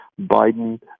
Biden